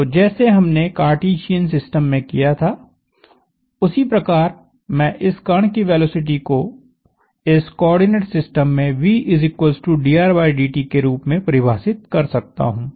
तो जैसे हमने कार्टेसियन सिस्टम में किया था उसी प्रकार मैं इस कण की वेलोसिटी को इस कोआर्डिनेट सिस्टम में vdrdt के रूप में परिभाषित कर सकता हूं